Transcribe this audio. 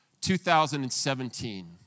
2017